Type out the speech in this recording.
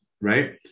right